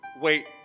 wait